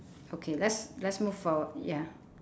okay let's let's move forward ya